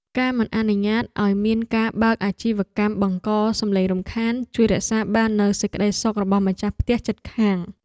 ការមិនអនុញ្ញាតឱ្យមានការបើកអាជីវកម្មបង្កសំឡេងរំខានជួយរក្សាបាននូវសេចក្តីសុខរបស់ម្ចាស់ផ្ទះជិតខាង។